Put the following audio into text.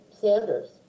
Sanders